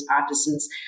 artisans